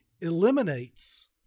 eliminates